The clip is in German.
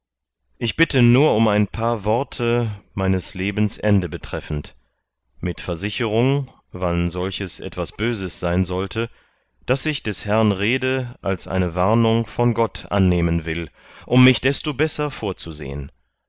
ich bitte nur um ein paar worte meines lebens ende betreffend mit versicherung wann solches etwas böses sein sollte daß ich des herrn rede als eine warnung von gott annehmen will um mich desto besser vorzusehen